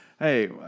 Hey